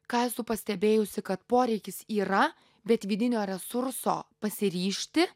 ką esu pastebėjusi kad poreikis yra bet vidinio resurso pasiryžti